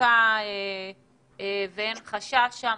הדבקה ואין חשש שם.